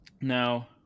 now